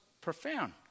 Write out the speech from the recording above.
profound